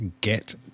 get